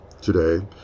today